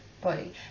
body